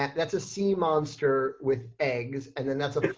that's a sea monster with eggs. and then that's a.